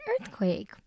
earthquake